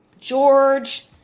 George